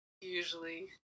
usually